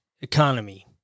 economy